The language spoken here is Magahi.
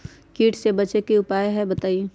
कीट से बचे के की उपाय हैं बताई?